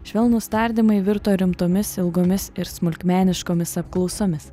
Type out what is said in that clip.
švelnūs tardymai virto rimtomis ilgomis ir smulkmeniškomis apklausomis